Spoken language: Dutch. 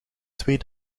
twee